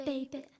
Baby